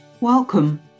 Welcome